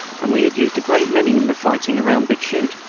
and we had used a great many in the fighting round bixschoote.